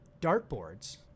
Dartboards